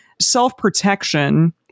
Self-protection